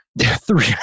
Three